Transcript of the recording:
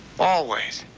always.